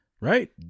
right